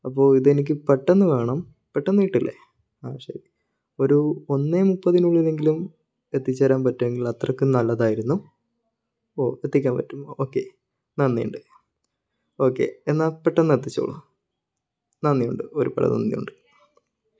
അപ്പോൾ ഇതെനിക്ക് പെട്ടെന്ന് വേണം പെട്ടെന്ന് കിട്ടില്ലേ ആ ശരി ഒരു ഒന്ന് മുപ്പത്തിനുള്ളിൽ എങ്കിലും എത്തി ചേരാൻ പറ്റുമെങ്കിൽ അത്രയ്ക്ക് നല്ലതായിരുന്നു ഓ എത്തിക്കാൻ പറ്റും ഓക്കേ നന്ദിയുണ്ട് ഓക്കേ എന്നാൽ പെട്ടെന്ന് എത്തിച്ചോളൂ നന്ദിയുണ്ട് ഒരുപാട് നന്ദിയുണ്ട്